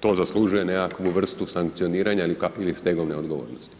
to zaslužuje nekakvu vrstu sankcioniranja ili stegovne odgovornosti.